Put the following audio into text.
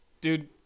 dude